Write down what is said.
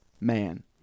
man